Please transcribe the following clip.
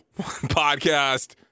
podcast